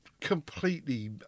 completely